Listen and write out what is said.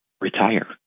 retire